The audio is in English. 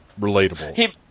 relatable